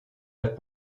add